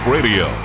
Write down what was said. Radio